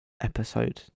episode